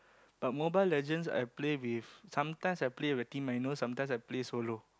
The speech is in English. but Mobile-Legend I play with sometimes I play with the team I know sometimes I play solo